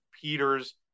Peters